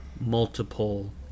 multiple